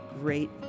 great